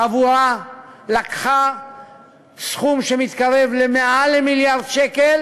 חבורה לקחה סכום שמתקרב למעל מיליארד שקל